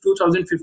2015